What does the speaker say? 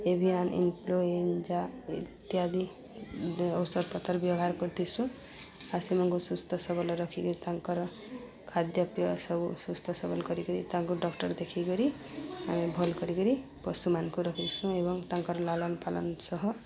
avian influenza ଇତ୍ୟାଦି ଔଷଧ ପତର ବ୍ୟବହାର କରିଥିସୁଁ ଆଉ ସେମାନଙ୍କୁ ସୁସ୍ଥ ସବଲ ରଖିକିରି ତାଙ୍କର ଖାଦ୍ୟପେୟ ସବୁ ସୁସ୍ଥସବଲ କରିକିରି ତାଙ୍କୁ ଡକ୍ଟର୍ ଦେଖେଇ କରି ଆମେ ଭଲ୍ କରିକିରି ପଶୁମାନଙ୍କୁ ରଖିଥିସୁଁ ଏବଂ ତାଙ୍କର୍ ଲାଲନ୍ପାଳନ୍ ସହ